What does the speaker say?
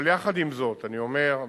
אבל יחד עם זאת אני אומר,